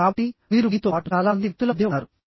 కాబట్టి మీరు మీతో పాటు చాలా మంది వ్యక్తుల మధ్య ఉన్నారు